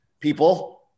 People